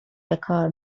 بکار